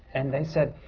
and they said,